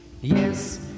yes